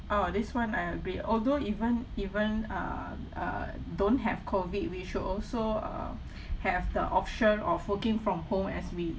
oh this [one] I agree although even even uh uh don't have COVID we should also uh have the option of working from home as we